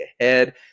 ahead